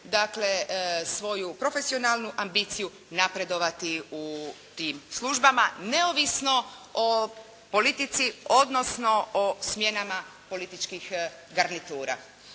dakle svoju profesionalnu ambiciju napredovati u tim službama neovisno o politici, odnosno o smjenama političkih garnitura.